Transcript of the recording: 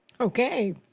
Okay